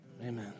Amen